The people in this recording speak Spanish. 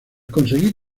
conseguir